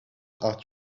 are